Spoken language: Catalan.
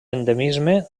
endemisme